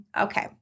okay